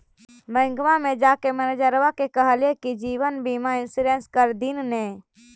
बैंकवा मे जाके मैनेजरवा के कहलिऐ कि जिवनबिमा इंश्योरेंस कर दिन ने?